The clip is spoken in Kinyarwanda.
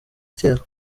kera